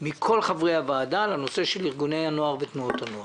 מכל חברי הוועדה לנושא של ארגוני הנוער ותנועות הנוער.